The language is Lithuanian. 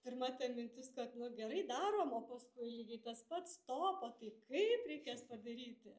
pirma ta mintis kad nu gerai darom o paskui lygiai tas pats stop o tai kaip reikės padaryti